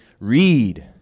read